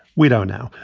we don't know.